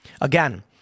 Again